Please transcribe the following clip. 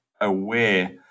aware